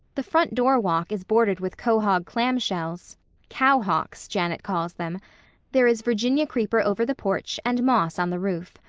the front door walk is bordered with quahog clam-shells cow-hawks, janet calls them there is virginia creeper over the porch and moss on the roof.